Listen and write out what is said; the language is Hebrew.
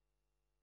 אביב.